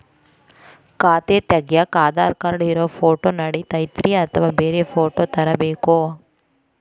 ಖಾತೆ ತಗ್ಯಾಕ್ ಆಧಾರ್ ಕಾರ್ಡ್ ಇರೋ ಫೋಟೋ ನಡಿತೈತ್ರಿ ಅಥವಾ ಬ್ಯಾರೆ ಫೋಟೋ ತರಬೇಕೋ?